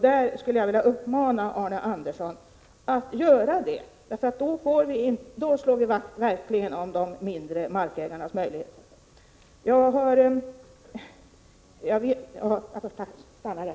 Jag skulle vilja uppmana Arne Andersson att göra det, därför att då slår vi verkligen vakt om de mindre markägarnas möjligheter.